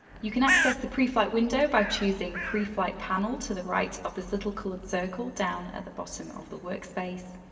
you can access the preflight window by choosing preflight panel to the right of this little colored circle down at the bottom of the workspace.